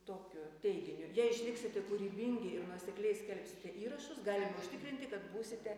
tokiu teiginiu jei išliksite kūrybingi ir nuosekliai skelbsite įrašus galime užtikrinti kad būsite